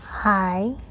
hi